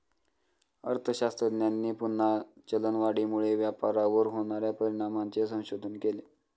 अर्थशास्त्रज्ञांनी पुन्हा चलनवाढीमुळे व्यापारावर होणार्या परिणामांचे संशोधन केले